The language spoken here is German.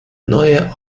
neue